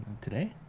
Today